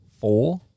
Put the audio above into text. Four